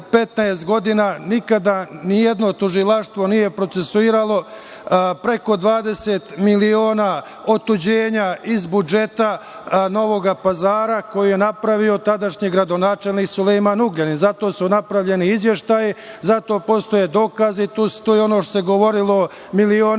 15 godina, nikada nijedno tužilaštvo nije procesuiralo preko 20 miliona otuđenja iz budžeta Novog Pazara koji je napravio tadašnji gradonačelnik Sulejman Ugljanin. Za to su napravljeni izveštaji, za to postoje dokazi. To je ono što se govorilo o milionima